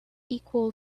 equal